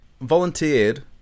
volunteered